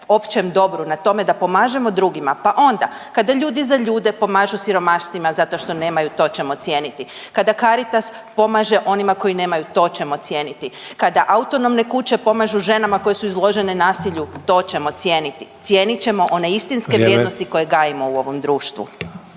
općem dobru, na tome da pomažemo drugima, pa onda kada ljudi za ljude pomažu siromaštvima zato što nemaju, to ćemo cijeniti. Kada Caritas pomaže onima koji nemaju, to ćemo cijeniti, kada autonomne kuće pomažu ženama koje su izložene nasilju, to ćemo cijeniti, cijenit ćemo one istinske vrijednosti koje gajimo u ovom društvu.